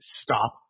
stop